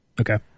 Okay